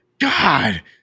God